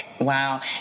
Wow